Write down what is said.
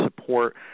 support